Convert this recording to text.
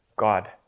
god